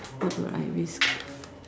what would I risk